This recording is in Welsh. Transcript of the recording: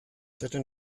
dydyn